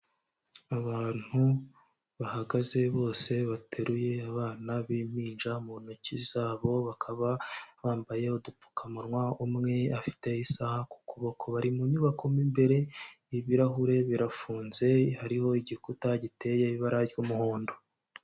Abantu bahagaze bose bateruye abana b'impinja mu ntoki zabo, bakaba bambaye udupfukamunwa, umwe afite isaha ku kuboko. Bari mu nyubako mo imbere, ibirahure birafunze, hariho igikuta giteye ibara ry'umuhondo.